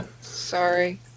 Sorry